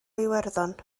iwerddon